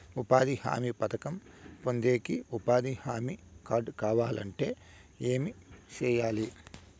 ఉపాధి హామీ పథకం పొందేకి ఉపాధి హామీ కార్డు కావాలంటే ఏమి సెయ్యాలి?